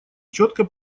четко